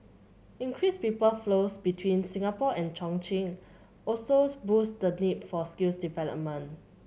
increased people flows between Singapore and Chongqing also boost the need for skills development